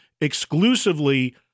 exclusively